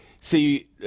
See